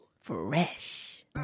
Fresh